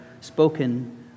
spoken